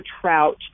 trout